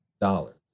dollars